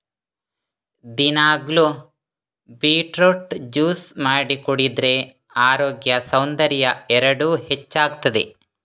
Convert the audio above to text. ದಿನಾಗ್ಲೂ beetroot juice ಮಾಡಿ ಕುಡಿದ್ರೆ ಅರೋಗ್ಯ ಸೌಂದರ್ಯ ಎರಡೂ ಹೆಚ್ಚಾಗ್ತದೆ